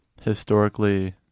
historically-